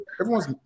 everyone's